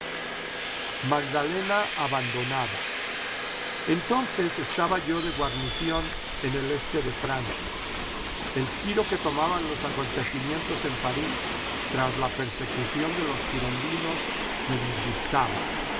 magdalena abandonada entonces estaba yo de guarnición en el este de francia el giro que tomaban los acontecimientos en parís tras de la persecución de los girondinos me disgustaba